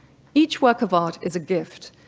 each work of art is a gift,